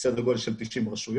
סדר גודל של 90 רשויות.